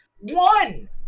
one